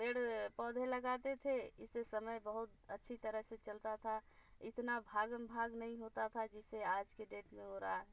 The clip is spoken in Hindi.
पेड़ पौधे लगते थे इससे समय बहुत अच्छी तरह से चलता था इतना भागम भाग नहीं होता था जिससे आज के डेट में हो रहा है